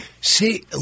See